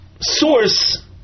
source